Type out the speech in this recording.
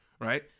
right